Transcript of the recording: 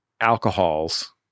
alcohols